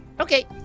ok.